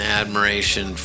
admiration